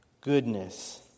Goodness